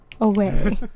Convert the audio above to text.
away